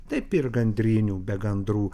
taip ir gandrinių be gandrų